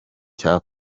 cya